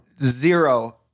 Zero